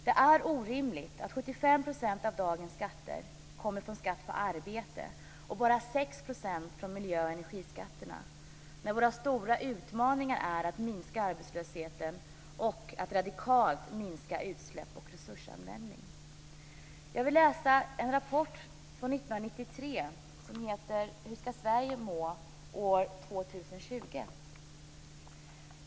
Det är orimligt att 75 % av dagens skatter kommer från skatt på arbete och bara 6 % från miljö och energiskatterna när våra stora utmaningar är att minska arbetslösheten och att radikalt minska utsläpp och resursanvändning. Jag vill läsa ur en rapport från 1993 som heter Hur ska Sverige må år 2020?